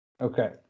Okay